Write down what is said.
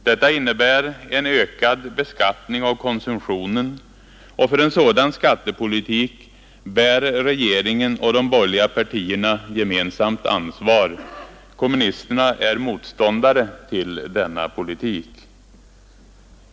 Detta innebär en ökad beskattning av konsumtionen, och för en sådan skattepolitik bär regeringen och de borgerliga partierna gemensamt ansvaret. Kommunisterna är motståndare till denna politik.